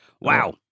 Wow